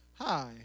Hi